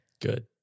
good